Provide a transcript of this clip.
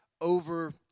over